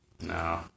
No